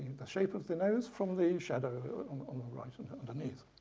the shape of the nose from the shadow on the right and underneath.